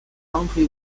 country